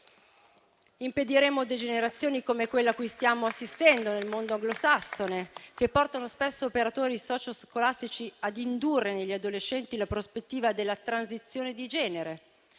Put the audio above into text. Impediremo degenerazioni come quella cui stiamo assistendo nel mondo anglosassone, che portano spesso operatori socio scolastici ad indurre negli adolescenti la prospettiva della transizione di genere,